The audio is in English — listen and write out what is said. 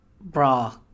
bra